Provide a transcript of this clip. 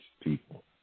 people